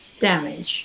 damage